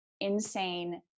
insane